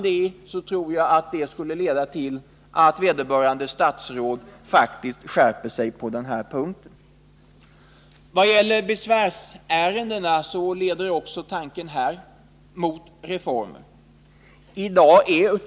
Det tror jag skulle leda till att vederbörande statsråd skärpte sig på den här punkten. Även när det gäller besvärsärendena leds tankarna mot reformer.